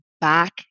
back